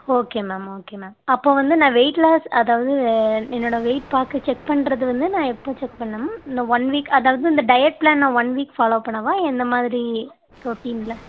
okay ma'am okay ma'am அப்போ வந்து நான் வெயிட்லாஸ் அதாவது என்னோட வெயிட் பார்த்து செக் பண்ணுறது வந்து நான் எப்போ செக் பண்ணணும் மேம் இந்த ஒன் வீக் அதாவது இந்த டயட் பிளான் நான் ஒன் வீக் ஃபாலோவ் பண்ணவா என்ன மாதிரி ரொட்டினில்